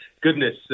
goodness